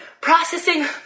processing